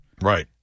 Right